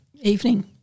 Evening